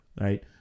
right